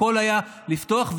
הכול היה: לפתוח.